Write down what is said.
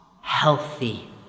healthy